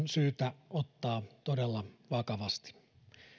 syytä ottaa todella vakavasti